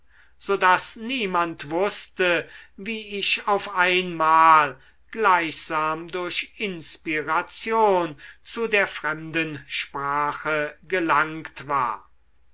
so daß niemand wußte wie ich auf einmal gleichsam durch inspiration zu der fremden sprache gelangt war